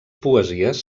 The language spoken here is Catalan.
poesies